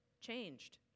changed